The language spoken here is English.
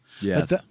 Yes